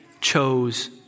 chose